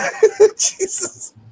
Jesus